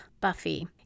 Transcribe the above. Buffy